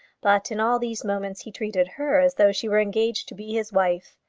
but in all these moments he treated her as though she were engaged to be his wife.